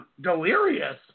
Delirious